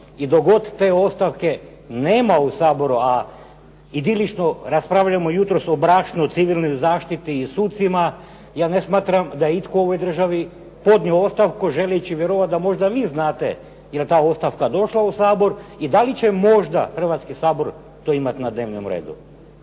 I dok god te ostavke nema u Saboru, a idilično raspravljamo jutros o brašnu, civilnoj zaštiti i sucima, ja ne smatram da je itko u ovoj državi podnio ostavku želeći vjerovati da možda vi znate 'jel ta ostavka došla u Sabor i da li će možda Hrvatski sabor to imati na dnevnom redu.